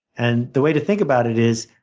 and the way to think about it is,